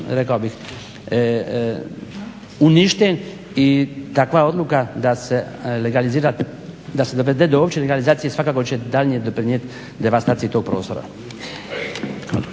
rekao bih uništen i takva odluka da se dovede do opće legalizacije svakako će daljnje doprinijeti devastaciji tog prostora.